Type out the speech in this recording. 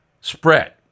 spread